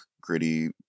gritty